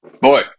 Boy